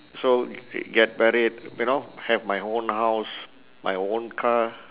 so get married you know have my own house my own car